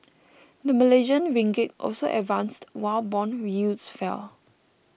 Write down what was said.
the Malaysian Ringgit also advanced while bond yields fell